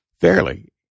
fairly